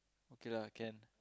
okay lah can